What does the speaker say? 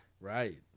Right